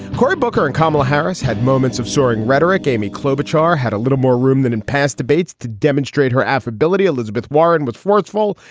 corey booker and kamala harris had moments of soaring rhetoric amy klobuchar had a little more room than in past debates to demonstrate her affability. elizabeth warren was forceful.